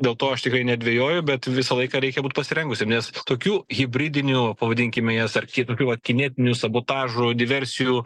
dėl to aš tikrai nedvejoju bet visą laiką reikia būt pasirengusiem nes tokių hibridinių pavadinkime jas ar kitokių vat kinetinių sabotažų diversijų